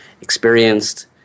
experienced